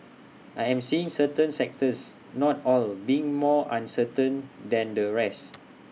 I am seeing certain sectors not all being more uncertain than the rest